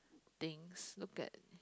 things look at